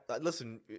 listen